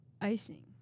icing